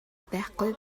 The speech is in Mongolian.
байхгүй